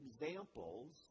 examples